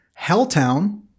Helltown